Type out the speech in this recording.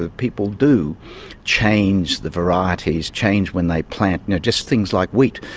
ah people do change the varieties, change when they plant just things like wheat,